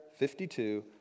52